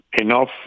enough